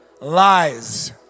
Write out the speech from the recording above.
Lies